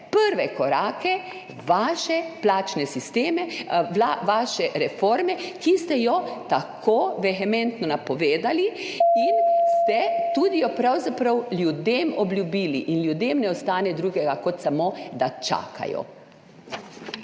prve korake vaše plačne reforme, ki ste jo tako vehementno napovedali in ste jo pravzaprav ljudem tudi obljubili? In ljudem ne ostane drugega kot samo, da čakajo.